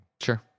Sure